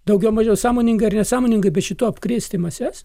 daugiau mažiau sąmoningai ar nesąmoningai bet šituo apkrėsti mases